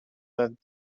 that